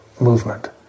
movement